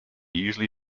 usually